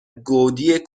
گودی